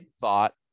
thought